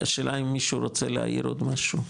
השאלה אם מישהו רוצה להעיר עוד משהו,